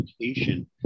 education